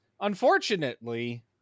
unfortunately